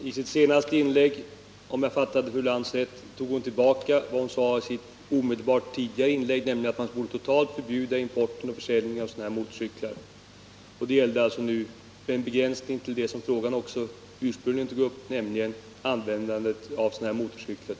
I sitt senaste inlägg tog fru Lantz, om jag fattade henne rätt, tillbaka vad hon sade i sitt föregående inlägg, nämligen att man borde totalt förbjuda importen och försäljningen av sådana här motorcyklar. Fru Lantz senaste inlägg innebar alltså en begränsning till det som frågan ursprungligen avsåg, nämligen små barns användande av sådana här minimotorcyklar.